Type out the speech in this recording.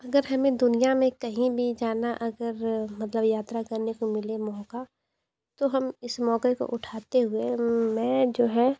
अगर हमें दुनिया में कहीं भी जाना अगर मतलब यात्रा करने को मिले मौका तो हम इस मौके को उठाते हुए मैं जो है